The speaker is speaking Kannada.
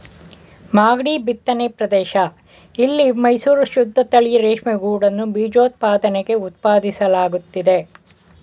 ಮಾಗ್ಡಿ ಬಿತ್ತನೆ ಪ್ರದೇಶ ಇಲ್ಲಿ ಮೈಸೂರು ಶುದ್ದತಳಿ ರೇಷ್ಮೆಗೂಡನ್ನು ಬೀಜೋತ್ಪಾದನೆಗೆ ಉತ್ಪಾದಿಸಲಾಗ್ತಿದೆ